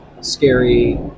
scary